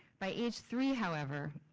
by age three, however,